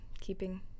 keeping